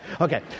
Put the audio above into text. Okay